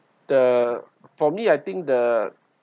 the probably I think the